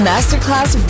Masterclass